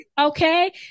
Okay